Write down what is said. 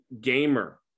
gamer